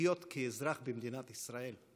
לחיות כאזרח במדינת ישראל,